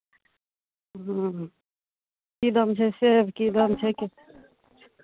हँ की दाम छै सेब की दाम छै